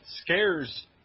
scares